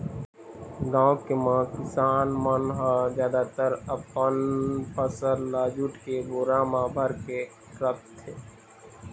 गाँव म किसान मन ह जादातर अपन फसल ल जूट के बोरा म भरके राखथे